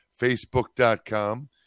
Facebook.com